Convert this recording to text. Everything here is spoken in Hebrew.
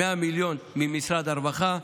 100 מיליון ממשרד הרווחה,